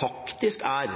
faktisk er